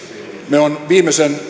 me olemme viimeisten